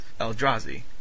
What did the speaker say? Eldrazi